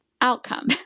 outcome